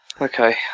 Okay